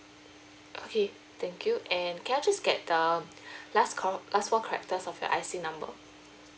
okay thank you and can I just get the last four last four characters of your I_C number